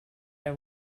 have